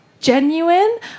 genuine